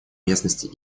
местности